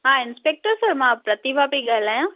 हा इंस्पेक्टर साहब मां प्रतिभा पई ॻाल्हायां